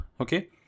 Okay